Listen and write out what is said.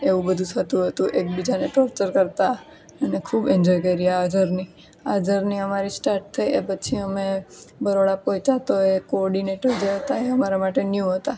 એવું બધું થતું હતું એકબીજાને ટોર્ચર કરતાં અને ખૂબ એન્જોય કરી આ જર્ની આ જર્ની અમારી સ્ટાર્ટ થયા પછી અમે બરોડા પહોંચ્યા તો એ કોર્ડીનેટર જે હતા એ અમારા માટે ન્યુ હતા